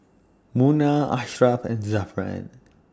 Munah Ashraf and Zafran